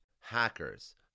hackers